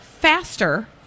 faster